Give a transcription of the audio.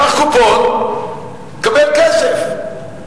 קח קופון, קבל כסף.